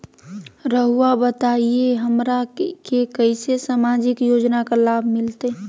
रहुआ बताइए हमरा के कैसे सामाजिक योजना का लाभ मिलते?